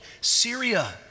Syria